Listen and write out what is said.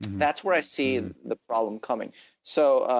that's where i see the problem coming so